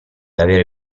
avere